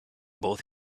both